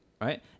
right